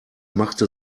machte